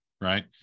right